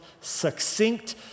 succinct